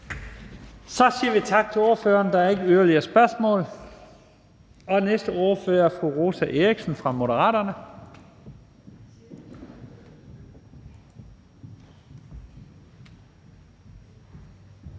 Så siger vi tak til ordføreren. Der er ikke yderligere spørgsmål. Næste ordfører er fru Rosa Eriksen fra Moderaterne.